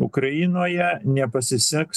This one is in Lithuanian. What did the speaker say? ukrainoje nepasiseks